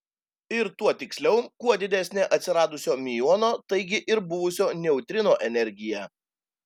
ir tuo tiksliau kuo didesnė atsiradusio miuono taigi ir buvusio neutrino energija